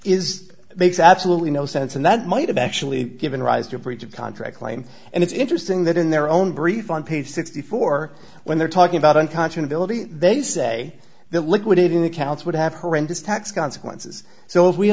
is makes absolutely no sense and that might have actually given rise to a breach of contract claim and it's interesting that in their own brief on page sixty four when they're talking about unconscionable they say that liquidating accounts would have horrendous tax consequences so if we